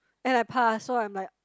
and I passed so I'm like